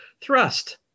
thrust